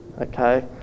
Okay